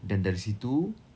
dan dari situ